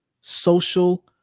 social